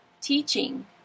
teaching